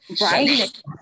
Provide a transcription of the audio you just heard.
right